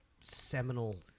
seminal